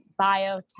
biotech